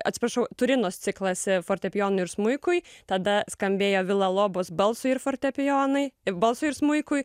atsiprašau turinos ciklas fortepijonui ir smuikui tada skambėjo vilalobos balsui ir fortepijonui balsui ir smuikui